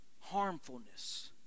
harmfulness